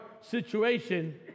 situation